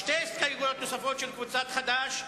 שתי הסתייגויות נוספות של קבוצת חד"ש,